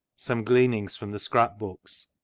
some gleanings from the scrap-books.